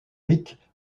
ric